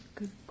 good